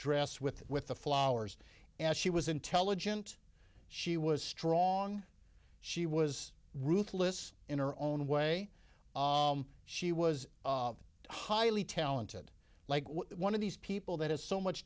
dress with with the flowers and she was intelligent she was strong she was ruthless in her own way she was highly talented like one of these people that has so much